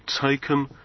taken